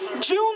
June